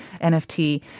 NFT